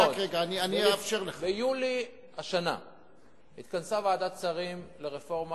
ביולי השנה התכנסה ועדת שרים לרפורמה